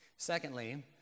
Secondly